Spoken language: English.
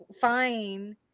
fine